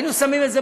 היינו שמים את זה.